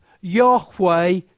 Yahweh